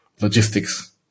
logistics